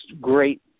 great